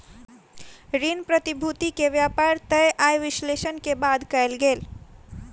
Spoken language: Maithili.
ऋण प्रतिभूति के व्यापार तय आय विश्लेषण के बाद कयल गेल